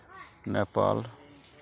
Nepal